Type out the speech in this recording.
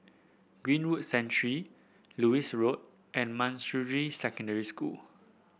Greenwood Lewis Road and Manjusri Secondary School